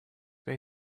were